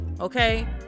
Okay